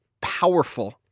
powerful